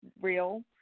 real